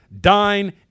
dine